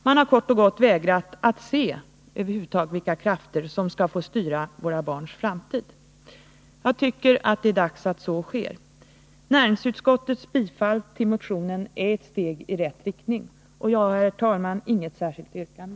Man har kort och gott vägrat att över huvud taget se vilka krafter som styr våra barns framtid. Jag tycker det är dags att något görs. Herr talman! Näringsutskottets tillstyrkande av motionen är ett steg i rätt riktning. Jag har inget särskilt yrkande.